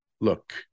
look